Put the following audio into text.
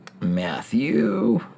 Matthew